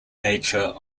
nature